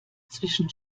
zwischen